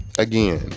again